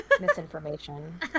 misinformation